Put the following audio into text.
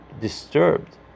disturbed